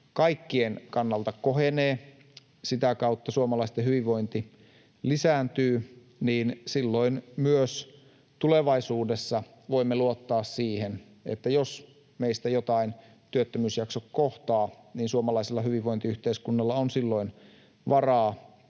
kaikkien kannalta kohenee, sitä kautta suomalaisten hyvinvointi lisääntyy, niin silloin myös tulevaisuudessa voimme luottaa siihen, että jos meistä jotakuta työttömyysjakso kohtaa, niin suomalaisella hyvinvointiyhteiskunnalla on silloin varaa